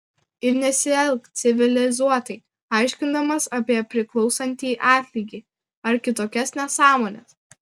ir nesielk civilizuotai aiškindamas apie priklausantį atlygį ar kitokias nesąmones